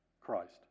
Christ